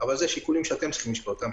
אבל אלה שיקולים שאתם צריכים לשקול אותם.